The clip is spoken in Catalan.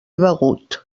begut